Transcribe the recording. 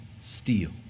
steal